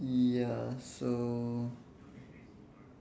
ya so